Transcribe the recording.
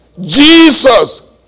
Jesus